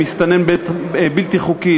למסתנן בלתי חוקי,